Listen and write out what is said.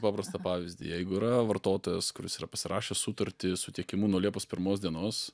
paprastą pavyzdį jeigu yra vartotojas kuris yra pasirašęs sutartį su tiekimu nuo liepos pirmos dienos